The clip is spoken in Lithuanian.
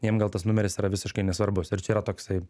jiem gal tas numeris yra visiškai nesvarbus ir čia yra toksai